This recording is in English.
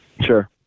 Sure